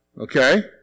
okay